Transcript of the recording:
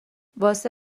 واسه